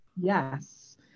Yes